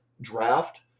draft